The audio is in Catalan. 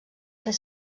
fer